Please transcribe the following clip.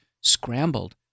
scrambled